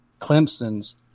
Clemson's